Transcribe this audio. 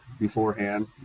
beforehand